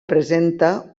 presenta